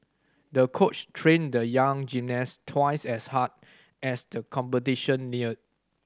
the coach trained the young gymnast twice as hard as the competition neared